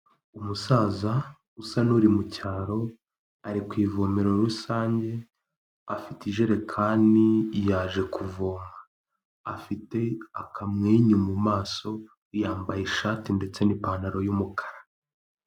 Umusaza usa nuri mucyaro ari ku ivomero rusange afite ijerekani yaje kuvoma, afite akamwenyu mu maso yambaye ishati ndetse n'ipantaro y'umukara.